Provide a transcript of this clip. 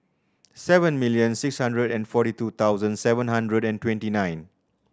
seven million six hundred and forty two thousand seven hundred and twenty nine